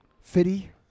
Fitty